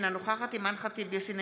אינה נוכחת אימאן ח'טיב יאסין,